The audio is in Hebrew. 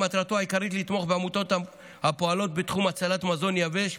מטרתה העיקרית לתמוך בעמותות הפועלות בתחום הצלת מזון יבש,